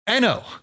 no